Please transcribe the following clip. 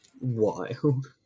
Wild